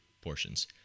portions